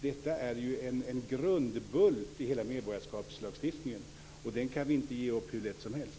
Detta är en grundbult i hela medborgarskapslagstiftningen. Den kan vi inte ge upp hur lätt som helst.